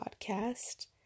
podcast